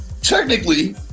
technically